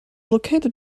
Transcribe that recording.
located